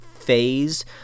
phase